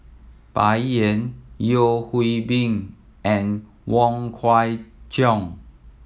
Bai Yan Yeo Hwee Bin and Wong Kwei Cheong